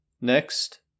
Next